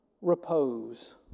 repose